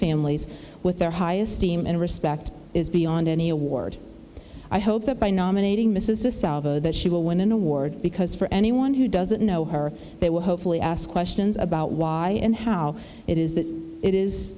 families with their high esteem and respect is beyond any award i hope that by nominating mrs de salvo that she will win an award because for anyone who doesn't know her they will hopefully ask questions about why and how it is that it is